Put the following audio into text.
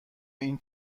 این